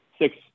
six